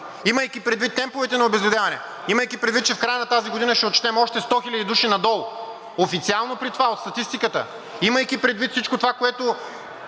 Имайки предвид темповете на обезлюдяване, имайки предвид, че в края на тази година ще отчетем още 100 000 души надолу – официално при това от статистиката, имайки предвид всичко това, което